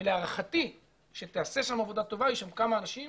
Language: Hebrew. ולהערכתי שתעשה שם עבודה טובה, יש שם כמה אנשים